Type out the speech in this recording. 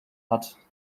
hat